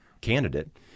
candidate